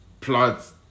Plots